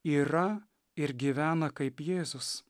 yra ir gyvena kaip jėzus